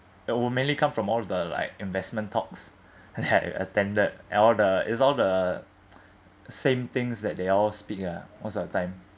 will mainly come from all the like investment talks I had attended and all the is all the same things that they all speak ah most of the time